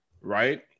right